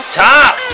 top